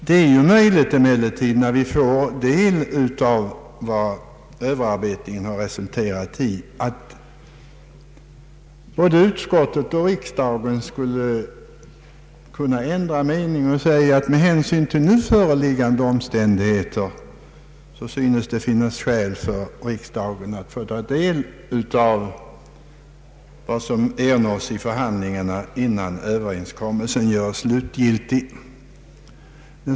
Det är möjligt att både utskottet och riksdagen, när vi får del av vad över arbetningen har resulterat i, skulle kunna ändra mening och säga att det med hänsyn till nu föreliggande omständigheter synes finnas skäl för riksdagen att få ta del av förhandlingsresultatet, innan överenskommelsen blir slutgiltig.